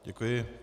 Děkuji.